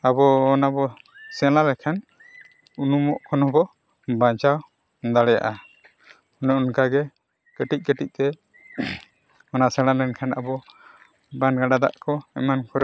ᱟᱵᱚ ᱚᱱᱟ ᱵᱚᱱ ᱥᱮᱬᱟ ᱞᱮᱠᱷᱟᱱ ᱩᱱᱩᱢᱩᱜ ᱠᱷᱚᱱ ᱵᱚ ᱵᱟᱧᱪᱟᱣ ᱫᱟᱲᱮᱭᱟᱜᱼᱟ ᱚᱱᱮ ᱚᱱᱠᱟᱜᱮ ᱠᱟᱹᱴᱤᱡ ᱠᱟᱹᱴᱤᱡᱛᱮ ᱚᱱᱟ ᱥᱮᱬᱟ ᱞᱮᱱᱠᱷᱟᱱ ᱟᱵᱚ ᱵᱟᱱ ᱜᱟᱰᱟ ᱫᱟᱜ ᱠᱚ ᱮᱢᱟᱱ ᱠᱚᱨᱮᱜ